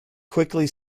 quickly